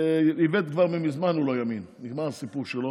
איווט כבר ממזמן הוא לא ימין, נגמר הסיפור שלו,